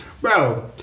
Bro